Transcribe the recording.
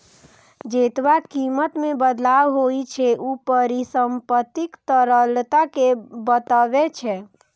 जेतबा कीमत मे बदलाव होइ छै, ऊ परिसंपत्तिक तरलता कें बतबै छै